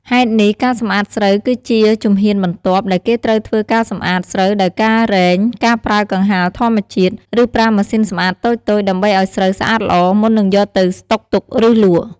ហេតុនេះ ការសម្អាតស្រូវ គឺជាជំហានបន្ទាប់ ដែលគេត្រូវធ្វើការសម្អាតស្រូវដោយការរែង ការប្រើកង្ហារធម្មជាតិ ឬប្រើម៉ាស៊ីនសម្អាតតូចៗ ដើម្បីឲ្យស្រូវស្អាតល្អ មុននឹងយកទៅស្តុកទុក ឬលក់។